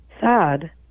Sad